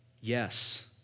Yes